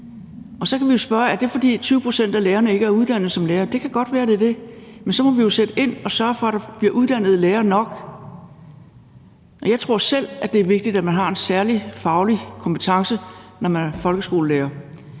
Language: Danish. Så kan vi jo spørge: Er det, fordi 20 pct. af lærerne ikke er uddannede lærere? Det kan godt være, at det er det. Men så må vi jo sætte ind og sørge for, at der bliver uddannet lærere nok. Jeg tror selv, det er vigtigt, at man har en særlig faglig kompetence, når man er folkeskolelærer.